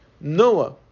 Noah